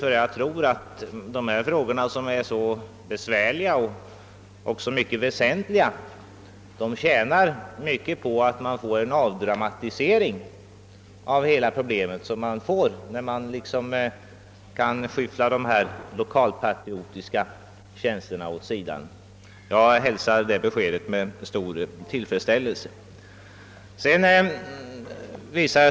Jag tycker nämligen att dessa frågor är besvärliga, men även mycket väsentliga. De tjänar mycket på att hela problemet avdramatiseras, vilket blir fallet när de lokalpatriotiska känslorna kan skyfflas åt sidan. Jag hälsar alltså statsrådets besked med stor tillfredsställelse.